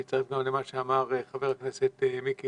אני מצטרף גם אל מה שאמר חבר הכנסת מיקי